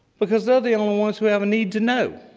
because they're the and only ones who have a need to know.